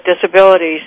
disabilities